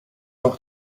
auch